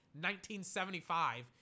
1975